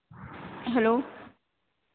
hello